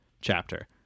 chapter